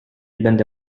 będę